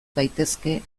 daitezke